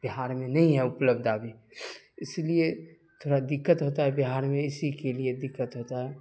بہار میں نہیں ہے اپلبدھ ابھی اس لیے تھوڑا دقت ہوتا ہے بہار میں اسی کے لیے دقت ہوتا ہے